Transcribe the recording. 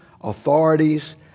authorities